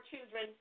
children